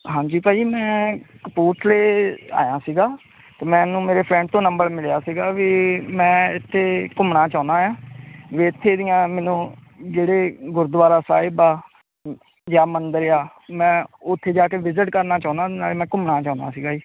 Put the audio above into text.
ਹਾਂਜੀ ਭਾਅ ਜੀ ਮੈਂ ਕਪੂਰਥਲੇ ਆਇਆ ਸੀਗਾ ਅਤੇ ਮੈਨੂੰ ਮੇਰੇ ਫਰੈਂਡ ਤੋਂ ਨੰਬਰ ਮਿਲਿਆ ਸੀਗਾ ਵੀ ਮੈਂ ਇੱਥੇ ਘੁੰਮਣਾ ਚਾਹੁੰਦਾ ਹਾਂ ਵੀ ਇੱਥੇ ਦੀਆਂ ਮੈਨੂੰ ਜਿਹੜੇ ਗੁਰਦੁਆਰਾ ਸਾਹਿਬ ਆ ਜਾਂ ਮੰਦਰ ਆ ਮੈਂ ਉੱਥੇ ਜਾ ਕੇ ਵਿਜ਼ਿਟ ਕਰਨਾ ਚਾਹੁੰਦਾ ਨਾਲੇ ਮੈਂ ਘੁੰਮਣਾ ਚਾਹੁੰਦਾ ਸੀਗਾ ਜੀ